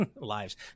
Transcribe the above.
lives